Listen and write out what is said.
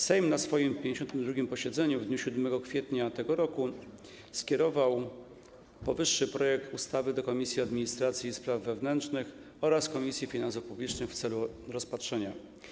Sejm na swoim 52. posiedzeniu w dniu 7 kwietnia tego roku skierował powyższy projekt ustawy do Komisji Administracji i Spraw Wewnętrznych oraz Komisji Finansów Publicznych w celu rozpatrzenia.